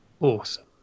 Awesome